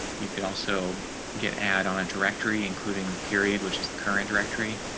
you could also get add on a directory, including period, which is the current directory.